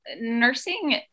nursing